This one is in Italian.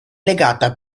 legata